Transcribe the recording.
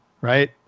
right